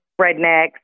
rednecks